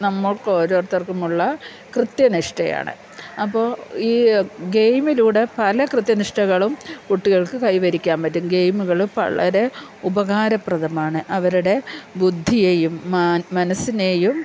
നമ്മൾക്ക് ഓരോരുത്തർക്കുമുള്ള കൃത്യനിഷ്ഠയാണ് അപ്പോൾ ഈ ഗെയിമിലൂടെ പല കൃത്യനിഷ്ഠകളും കുട്ടികൾക്ക് കൈവരിക്കാൻ പറ്റും ഗെയിമുകൾ വളരെ ഉപകാരപ്രദമാണ് അവരുടെ ബുദ്ധിയും മനസ്സിനെയും